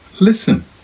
listen